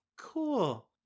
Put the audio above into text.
Cool